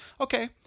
Okay